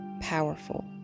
powerful